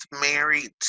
married